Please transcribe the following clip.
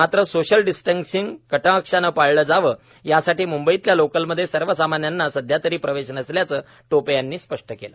मात्र social distancing कटाक्षानं पाळलं जावं यासाठी म्ंबईतल्या लोकलमध्ये सर्वसामान्यांना सध्यातरी प्रवेश नसल्याचं टोपे यांनी स्पष्ट केलं